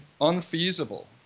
unfeasible